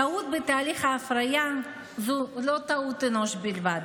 טעות בתהליך ההפריה היא לא טעות אנוש בלבד,